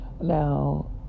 now